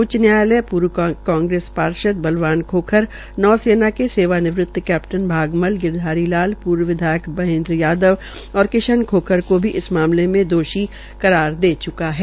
उच्चतम न्यायालय पूर्व कांग्रेस पार्षद बलवान खोखर नौ सेना के सेवानिवृत कैप्टन भागमल गिरधारी लाल पूर्व विधायक महेन्द्र यादव और किशन खोखर को भी इस मामले में दोषी करार दे च्का है